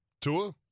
Tua